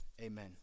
Amen